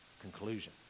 Conclusion